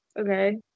okay